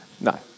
No